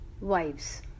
wives